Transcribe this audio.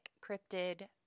cryptid